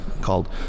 called